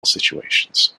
situations